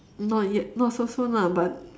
not yet not so soon lah but